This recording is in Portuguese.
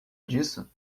disso